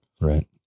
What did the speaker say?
Right